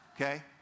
Okay